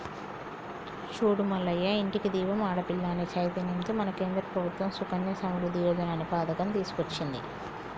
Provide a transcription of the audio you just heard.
చూడు మల్లయ్య ఇంటికి దీపం ఆడపిల్ల అనే చైతన్యంతో మన కేంద్ర ప్రభుత్వం సుకన్య సమృద్ధి యోజన అనే పథకం తీసుకొచ్చింది